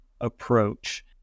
approach